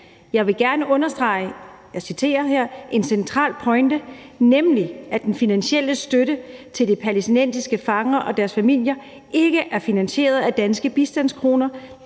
jeg gerne understrege en central pointe, nemlig at den finansielle støtte til de palæstinensiske fanger og deres familier ikke finansieres af danske bistandskroner